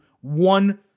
one